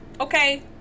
okay